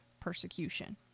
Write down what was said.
persecution